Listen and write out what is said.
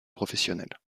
professionnelle